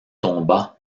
tomba